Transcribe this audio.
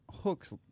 hooks